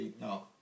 no